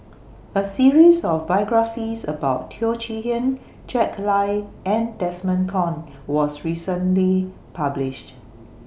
A series of biographies about Teo Chee Hean Jack Lai and Desmond Kon was recently published